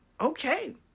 Okay